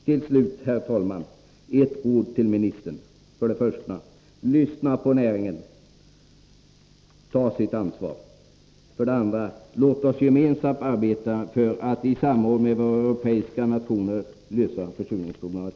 Till sist, herr talman, ett råd till ministern: Lyssna på näringen! Den tar sitt ansvar. Vidare: Låt oss gemensamt arbeta för att i samråd med övriga europeiska nationer lösa försurningsproblemen!